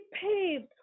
paved